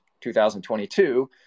2022